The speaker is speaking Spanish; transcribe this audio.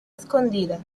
escondida